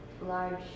large